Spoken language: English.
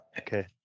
Okay